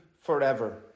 forever